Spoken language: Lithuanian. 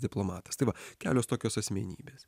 diplomatas tai va kelios tokios asmenybės